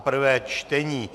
prvé čtení